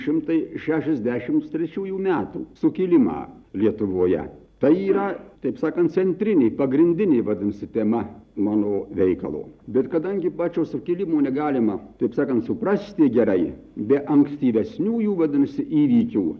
šimtai šešiasdešims trečiųjų metų sukilimą lietuvoje tai yra taip sakant centrinė pagrindinė vadinasi tema mano veikalo bet kadangi pačio sukilimo negalima taip sakant suprasti gerai be ankstyvesniųjų vadinasi įvykių